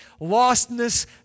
lostness